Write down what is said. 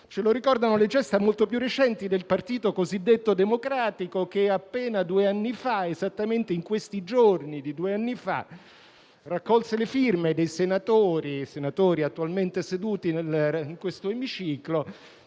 Ce lo ricordano le gesta molto più recenti del Partito - cosiddetto - Democratico che appena due anni fa, esattamente in questi giorni di due anni fa, raccolse le firme di senatori attualmente seduti in questo emiciclo